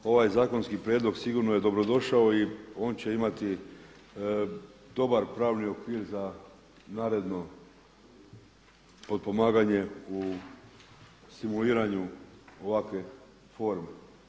Ovaj zakonski prijedlog sigurno je dobrodošao i on će imati dobar pravni okvir za naredno potpomaganje u simuliranju ovakve forme.